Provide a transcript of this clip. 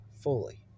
fully